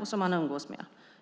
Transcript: och umgås med.